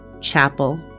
chapel